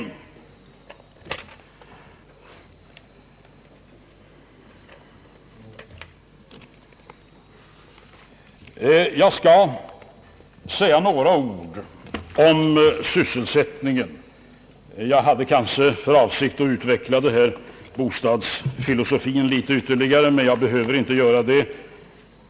Jag skall säga några ord om sysselsättningen. Jag hade kanske haft för avsikt att utveckla bostadsfilosofin något ytterligare, men jag behöver inte göra det.